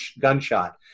gunshot